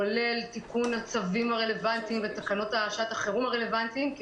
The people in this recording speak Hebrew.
כולל תיקון הצווים הרלוונטיים ותקנות שעת החירום הרלוונטיות.